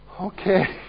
okay